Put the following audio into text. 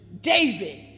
David